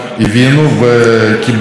שאתה מוביל את הנושא.